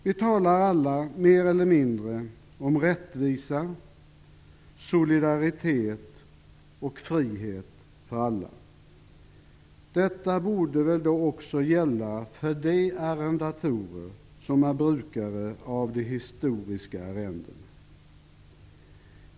Vi talar alla mer eller mindre om rättvisa, solidaritet och frihet för alla. Detta borde väl då också gälla för de arrendatorer som är brukare av historiska arrenden.